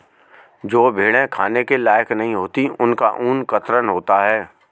जो भेड़ें खाने के लायक नहीं होती उनका ऊन कतरन होता है